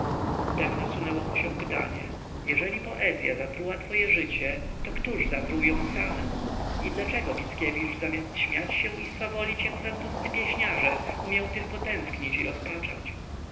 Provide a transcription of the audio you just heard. wtem nasunęło mu się pytanie jeżeli poezya zatruła twoje życie to któż zatruł ją samę i dlaczego mickiewicz zamiast śmiać się i swawolić jak francuscy pieśniarze umiał tylko tęsknić i rozpaczać